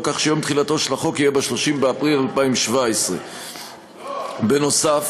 כך שיום תחילתו של החוק יהיה ביום 30 באפריל 2017. בנוסף,